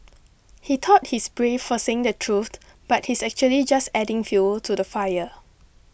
he thought he's brave for saying the truth but he's actually just adding fuel to the fire